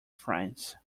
france